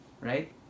right